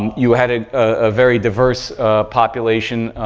you had a ah very diverse population